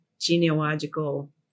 genealogical